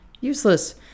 Useless